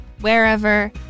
wherever